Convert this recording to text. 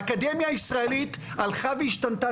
האקדמיה הישראלית הלכה והשתנתה,